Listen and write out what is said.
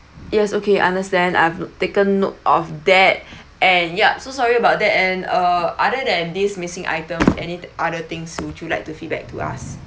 yes okay understand I've taken note of that and yup so sorry about that and err other than these missing item any other t~ things would you like to feedback to us